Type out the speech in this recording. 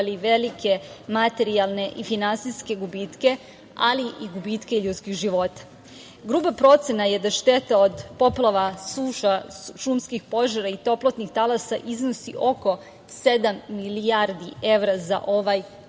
velike materijalne i finansijske gubitke, ali i gubitke ljudskih života. Gruba procena je da šteta od poplava, suša, šumskih požara i toplotnih talasa iznosi oko sedam milijardi evra za ovaj